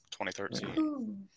2013